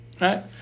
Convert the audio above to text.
Right